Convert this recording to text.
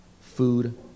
food